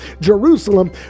Jerusalem